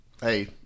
hey